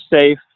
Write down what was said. safe